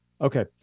Okay